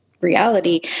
reality